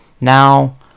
Now